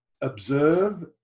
observe